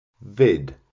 vid